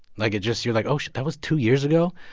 like, it just you're like, oh, shit that was two years ago?